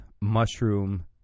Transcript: mushroom